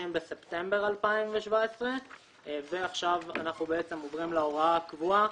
בספטמבר 2017. ואנחנו עוברים להוראה הקבועה,